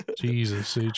Jesus